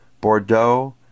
Bordeaux